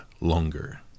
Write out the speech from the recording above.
longer